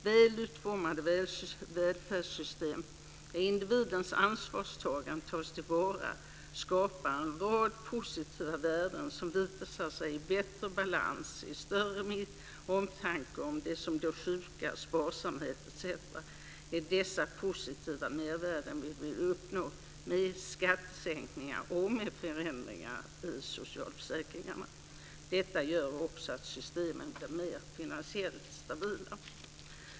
Väl utformade välfärdssystem, där individens ansvarstagande tas till vara, skapar en rad positiva värden som visar sig i bättre balans, större omtanke om dem som blir sjuka, sparsamhet etc. Det är dessa positiva mervärden vi vill uppnå med skattesänkningar och med förändringar i socialförsäkringarna. Detta gör också att systemen blir mer finansiellt stabila.